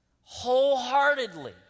wholeheartedly